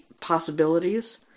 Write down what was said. possibilities